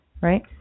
Right